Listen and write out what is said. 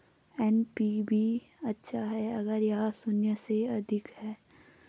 NPV अच्छा है अगर यह शून्य से अधिक है